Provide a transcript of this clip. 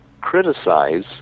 criticize